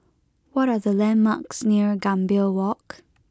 what are the landmarks near Gambir Walk